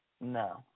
No